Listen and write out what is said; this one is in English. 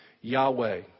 Yahweh